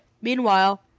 Meanwhile